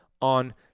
on